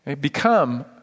Become